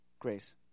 grace